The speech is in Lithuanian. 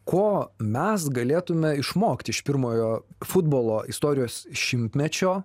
ko mes galėtume išmokti iš pirmojo futbolo istorijos šimtmečio